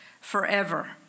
forever